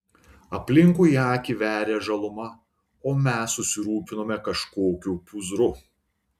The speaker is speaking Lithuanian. aplinkui akį veria žaluma o mes susirūpinome kažkokiu pūzru